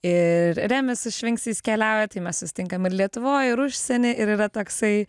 ir remis su švinksais jis keliauja tai mes susitinkam ir lietuvoj ir užsieny ir yra toksai